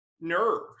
nerves